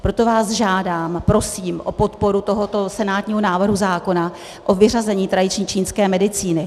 Proto vás žádám, prosím o podporu tohoto senátního návrhu zákona, o vyřazení tradiční čínské medicíny.